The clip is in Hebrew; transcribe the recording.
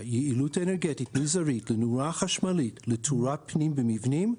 (יעילות אנרגטית מזערית לנורה חשמלית לתאורת פנים במבנים),